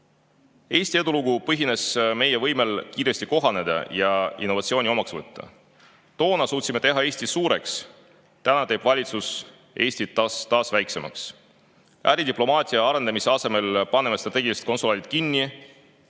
Eesti edulugu põhines meie võimel kiiresti kohaneda ja innovatsiooni omaks võtta. Toona suutsime teha Eesti suureks, nüüd teeb valitsus Eesti taas väiksemaks. Äridiplomaatia arendamise asemel paneme strateegilised konsulaadid kinni,